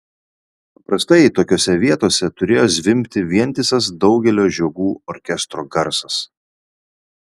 paprastai tokiose vietose turėjo zvimbti vientisas daugelio žiogų orkestro garsas